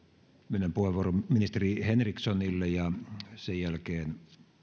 myönnän puheenvuoron ministeri henrikssonille ja sen jälkeen